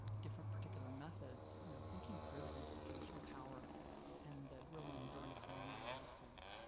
different particular methods, you know, thinking through the institutional power and the really enduring colonial legacies.